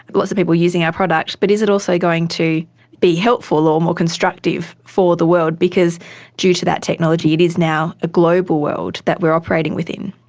lots of people using our product, but is it also going to be helpful or more constructive for the world, because due to that technology it is now a global world that we are operating within.